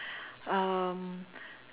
um